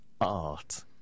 art